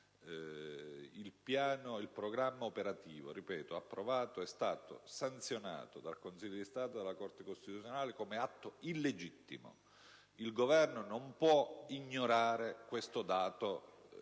risposta. Il programma operativo approvato è stato sanzionato dal Consiglio di Stato e dalla Corte costituzionale come atto illegittimo. Il Governo non può ignorare questo dato